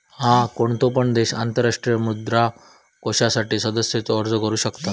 हा, कोणतो पण देश आंतरराष्ट्रीय मुद्रा कोषासाठी सदस्यतेचो अर्ज करू शकता